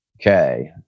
Okay